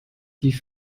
die